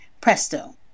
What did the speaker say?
Presto